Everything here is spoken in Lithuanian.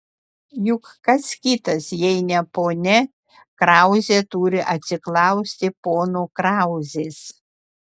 juk kas kitas jei ne ponia krauzė turi atsiklausti pono krauzės